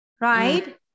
Right